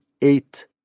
eight